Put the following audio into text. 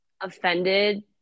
offended